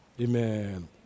Amen